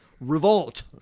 revolt